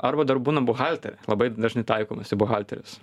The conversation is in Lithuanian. arba dar būna buhalterė labai dažnai taikomasi į buhalterius